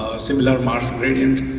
similar marsh gradient.